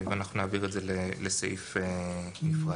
אנחנו נעביר את זה לסעיף נפרד.